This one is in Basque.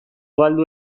galdu